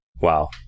Wow